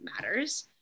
matters